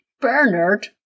Bernard